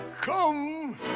come